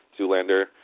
Zoolander